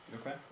Okay